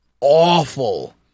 awful